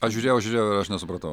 aš žiūrėjau žiūrėjau aš nesupratau